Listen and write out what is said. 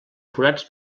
forats